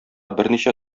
берничә